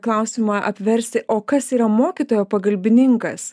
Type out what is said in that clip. klausimą apversti o kas yra mokytojo pagalbininkas